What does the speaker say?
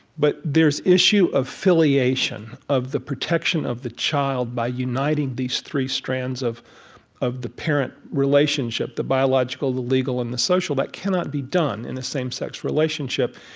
but there's issue of filiation, of the protection of the child by uniting these three strands of of the parent relationship the biological, the legal and the social that cannot be done in a same-sex relationship.